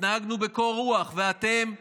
התנהגנו בקור רוח, ואתם צבועים,